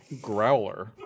Growler